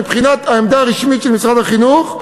מבחינת העמדה הרשמית של משרד החינוך,